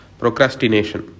procrastination